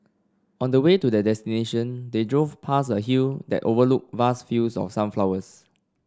on the way to their destination they drove past a hill that overlooked vast fields of sunflowers